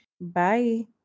bye